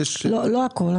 לא הכול.